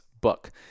book